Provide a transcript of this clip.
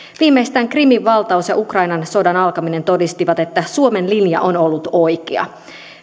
viimeistään krimin valtaus ja ukrainan sodan alkaminen todistivat että suomen linja on ollut oikea